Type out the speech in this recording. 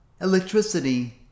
Electricity